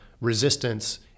resistance